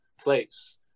place